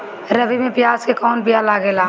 रबी में प्याज के कौन बीया लागेला?